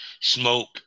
smoke